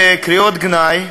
רוצים לבטל לגמרי את רפורמת הגיור,